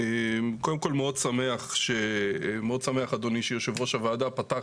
מאוד שמח שיושב ראש הוועדה פתח